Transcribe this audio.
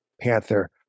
Panther